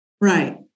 Right